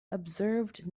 observed